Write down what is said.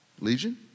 Legion